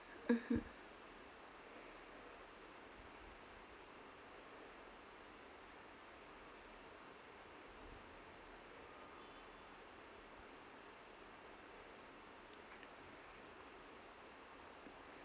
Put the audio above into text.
mmhmm